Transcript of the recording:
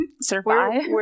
survive